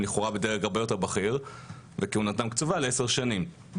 לכאורה בדרג הרבה יותר בכיר וכהונתם קצובה לעשר שנים,